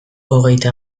hogeita